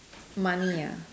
money ah